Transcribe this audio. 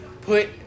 put